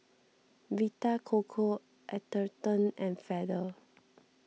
Vita Coco Atherton and Feather